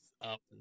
up